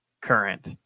current